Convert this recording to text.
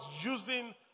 using